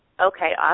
Okay